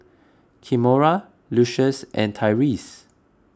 Kimora Lucius and Tyreese